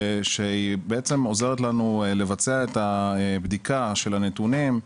שהיא בעצם עוזרת לנו לבצע את הבדיקה של הנתונים,